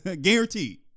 Guaranteed